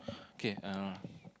K uh